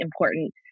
important